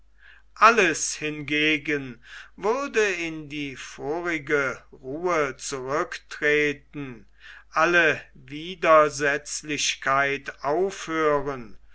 alles hingegen würde in die vorige ruhe zurücktreten alle widersetzlichkeit aufhören